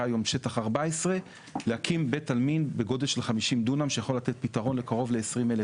היום שטח 14 להקים בית עלמין של 50 דונם שיכול לתת פתרון לקרוב ל-20,000